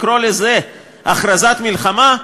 לקרוא לזה הכרזת מלחמה?